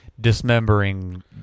dismembering